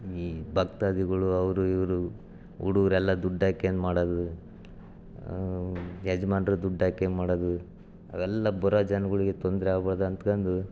ಈ ಭಕ್ತಾದಿಗಳು ಅವರು ಇವರು ಹುಡುಗ್ರೆಲ್ಲ ದುಡ್ಡು ಹಾಕೇನು ಮಾಡೋದು ಯಜಮಾನ್ರು ದುಡ್ಡು ಹಾಕೇನು ಮಾಡೋದು ಅವೆಲ್ಲ ಬರೋ ಜನ್ಗಳಿಗೆ ತೊಂದರೆ ಆಗ್ಬಾರ್ದು ಅಂದ್ಕೊಂಡು